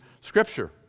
Scripture